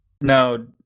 No